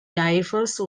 diverse